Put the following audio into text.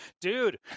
Dude